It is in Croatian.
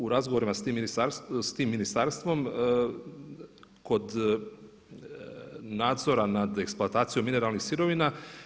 U razgovorima s tim ministarstvom kod nadzora nad eksploatacijom mineralnih sirovina.